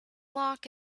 lock